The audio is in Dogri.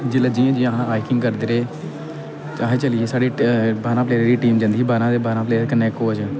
जिसलै जियां जियां अस हाइकिंग करदे आहें चलिये साढ़ी वारां प्लेयर दी टीम जंदी ही बारां प्सेयर कन्नै इक कोच